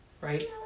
right